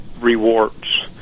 rewards